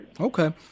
Okay